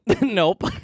Nope